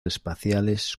espaciales